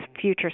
future